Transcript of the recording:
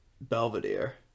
Belvedere